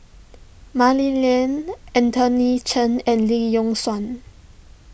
Mah Li Lian Anthony Chen and Lee Yock Suan